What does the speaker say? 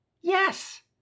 Yes